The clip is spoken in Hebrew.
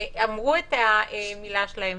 אמרו את המילה שלהם.